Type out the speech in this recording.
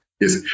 Yes